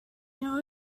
know